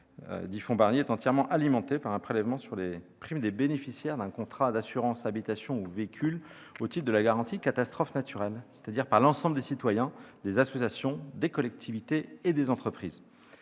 dit fonds Barnier, est entièrement alimenté par un prélèvement sur les primes des bénéficiaires d'un contrat d'assurance habitation ou véhicule au titre de la garantie catastrophe naturelle, c'est-à-dire par l'ensemble des citoyens, des associations, des collectivités et des entreprises.